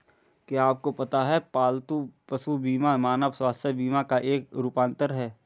क्या आपको पता है पालतू पशु बीमा मानव स्वास्थ्य बीमा का एक रूपांतर है?